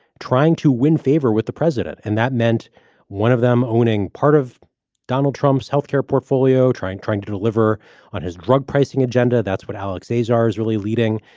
trying to win favor with the president. and that meant one of them owning part of donald trump's health care portfolio, trying trying to deliver on his drug pricing agenda. that's what alex azar is really leading.